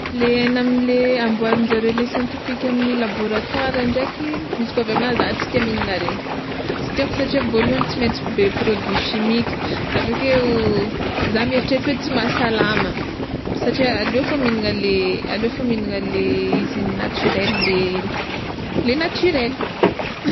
Le hegna amle hamboarinjare le siantifika amin'ny labôtoara ndraiky izy koa avy aminah zah tsy tià mihignana regny, tsy tiàko satria voalohany tsy maintsy be produit simika avekeo za mieritreritra hoe tsy mahasalama satria aleo fôgna mihignana le aleo fôgna mihinana le izy naturel le naturel.